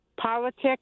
Politics